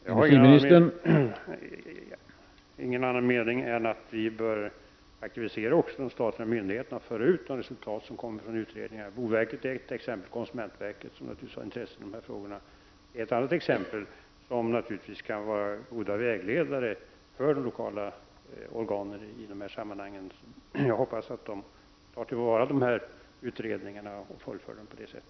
Herr talman! Jag har ingen annan mening än att vi bör aktivera också de statliga myndigheterna och föra ut de resultat som kommer från utredningar. Boverket är ett exempel. Konsumentverket, som naturligtvis har intresse i de här frågorna, är ett annat exempel. De kan naturligtvis vara goda vägledare för de lokala organen i de här sammanhangen. Jag hoppas att de tar till vara dessa utredningar och fullföljer dem på det sättet.